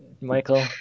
Michael